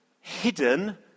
hidden